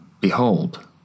Behold